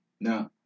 Now